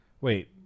wait